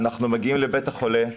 אנחנו מגיעים לבית החולה,